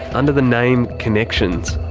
under the name connections.